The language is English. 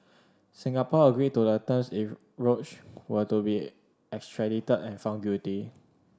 Singapore agreed to the terms if Roach were to be extradited and found guilty